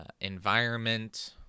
environment